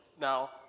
now